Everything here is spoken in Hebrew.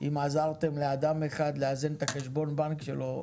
אם עזרתם לאדם אחד לאזן את חשבון הבנק שלו,